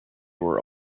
were